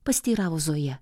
pasiteiravo zoja